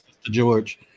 George